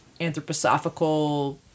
anthroposophical